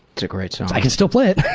it's a great song. i can still play it.